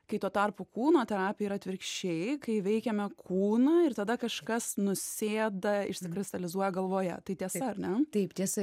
kai tuo tarpu kūno terapija yra atvirkščiai kai veikiame kūnu ir tada kažkas nusėda išsikristalizuoja galvoje tai tiesa ar ne taip tiesa